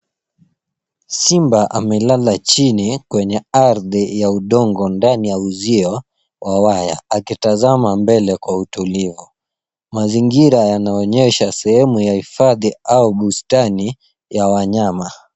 Simba amelala chini kwenye ardhi ya udongo ndani ya uzio wa waya, akitazama mbele kwa utulivu. Mazingira yanaonyesha sehemu ya hifadhi au bustani ya wanyama.